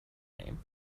name